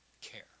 care